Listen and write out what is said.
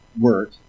work